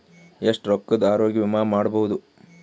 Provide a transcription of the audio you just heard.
ಎಷ್ಟ ರೊಕ್ಕದ ಆರೋಗ್ಯ ವಿಮಾ ಮಾಡಬಹುದು?